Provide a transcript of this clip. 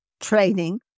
training